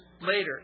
later